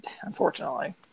Unfortunately